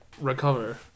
recover